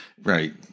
right